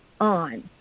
on